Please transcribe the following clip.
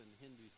Hindus